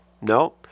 no